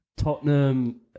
Tottenham